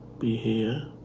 be here,